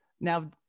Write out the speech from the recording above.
Now